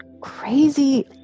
crazy